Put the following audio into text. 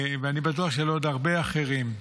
ואני בטוח שלעוד הרבה אחרים.